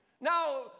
Now